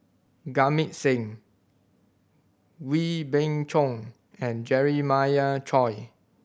Jamit Singh Wee Beng Chong and Jeremiah Choy